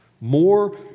more